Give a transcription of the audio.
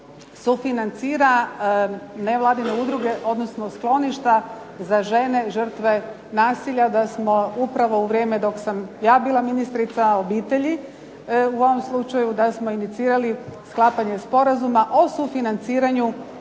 sufinancira nevladine udruge odnosno sklonište za žene žrtve nasilja da smo upravo u vrijeme dok sam ja bila ministrica obitelji u ovom slučaju da smo inicirali sklapanje sporazuma o sufinanciranju